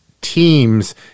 teams